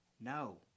No